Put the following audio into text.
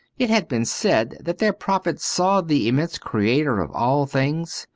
it had been said that their prophet saw the immense creator of all things,